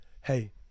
hey